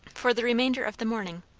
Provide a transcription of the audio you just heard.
for the remainder of the morning.